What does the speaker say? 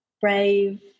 brave